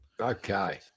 Okay